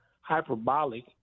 hyperbolic